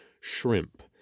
shrimp